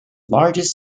largest